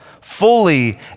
fully